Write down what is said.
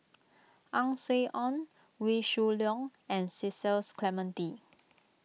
Ang Swee Aun Wee Shoo Leong and Cecil Clementi